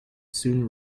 soon